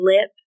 lip